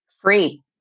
Free